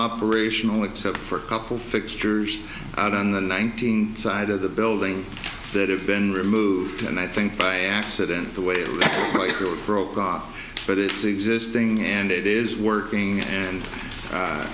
operational except for a couple fixtures out on the nineteenth side of the building that have been removed and i think by accident the way broke off but it's existing and it is working and